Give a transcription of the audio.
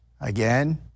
Again